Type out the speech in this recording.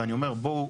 ואני אומר בואו,